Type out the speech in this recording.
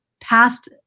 past